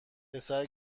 پسر